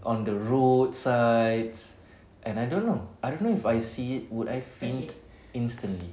on the roadsides and I don't know I don't know if I see it would I faint instantly